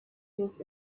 was